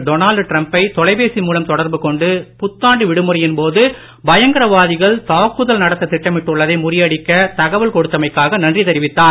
Donald டிரம்பை தொலைப்பேசி மூலம் தொடர்பு கொண்டு புத்தாண்டு விடுமுறையின் போது பயங்கரவாதிகள் தாக்குதல் நடத்த திட்டமிட்டுள்ளதை முறியடிக்க தகவல் கொடுத்தமைக்காக நன்றி தெரிவித்தார்